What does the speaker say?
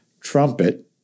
trumpet